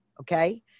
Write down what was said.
okay